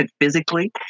physically